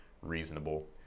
reasonable